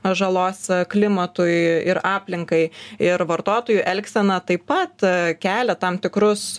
žalos klimatui ir aplinkai ir vartotojų elgsena taip pat kelia tam tikrus